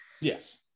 Yes